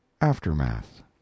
aftermath